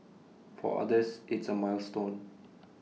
for others it's A milestone